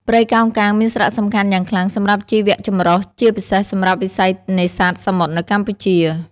ព្រៃកោងកាងមានសារៈសំខាន់យ៉ាងខ្លាំងសម្រាប់ជីវចម្រុះ ជាពិសេសសម្រាប់វិស័យនេសាទសមុទ្រនៅកម្ពុជា។